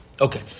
Okay